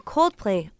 Coldplay